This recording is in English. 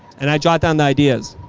and i jot down ideas.